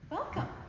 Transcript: Welcome